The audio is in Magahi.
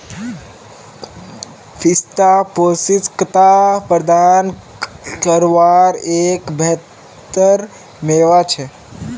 पिस्ता पौष्टिकता प्रदान कारवार एक बेहतर मेवा छे